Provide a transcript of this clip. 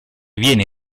viene